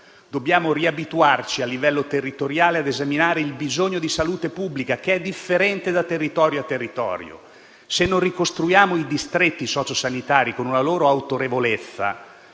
Dobbiamo riabituarci, a livello territoriale, a esaminare il bisogno di salute pubblica, che è differente da territorio a territorio. Se non ricostruiamo i distretti socio-sanitari, con una loro autorevolezza